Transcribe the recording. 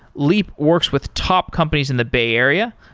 leap works with top companies in the bay area,